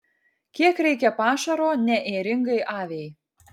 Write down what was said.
kiek reikia pašaro neėringai aviai